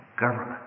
government